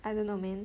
I don't know man